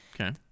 Okay